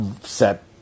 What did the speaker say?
set